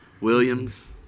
Williams